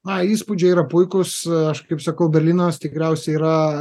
na įspūdžiai yra puikūs aš kaip sakau berlynas tikriausiai yra